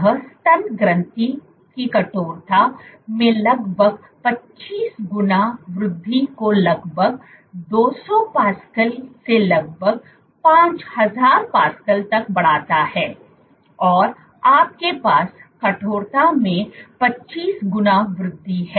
यह स्तन ग्रंथि की कठोरता में लगभग 25 गुना वृद्धि को लगभग 200 पास्कल से लगभग 5000 पास्कल तक बढ़ाता है और आपके पास कठोरता में 25 गुना वृद्धि है